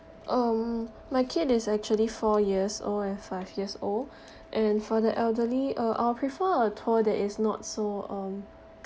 um my kid is actually four years old and five years old and for the elderly uh I'll prefer a tour that is not so um